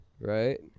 right